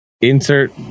insert